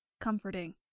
comforting